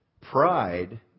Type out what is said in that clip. Pride